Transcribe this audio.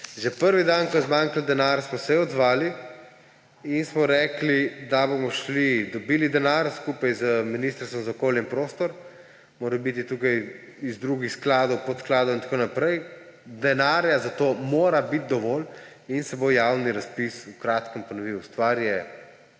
Že prvi dan, ko je zmanjkalo denarja, smo se odzvali in smo rekli, da bomo šli, dobili denar skupaj z Ministrstvom za okolje in prostor, morebiti tukaj iz drugih skladov, podskladov in tako naprej. Denarja za to mora biti dovolj in se bo javni razpis v kratkem ponovil. Stvar je